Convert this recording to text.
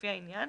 לפי העניין,